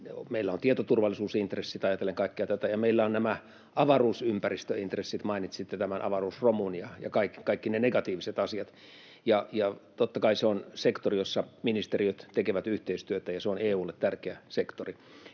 Meillä on tietoturvallisuusintressit ajatellen kaikkea tätä, ja meillä on nämä avaruusympäristöintressit. Mainitsitte tämän avaruusromun ja kaikki ne negatiiviset asiat. Totta kai se on sektori, jossa ministeriöt tekevät yhteistyötä, ja se on EU:lle tärkeä sektori.